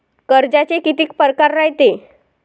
कर्जाचे कितीक परकार रायते?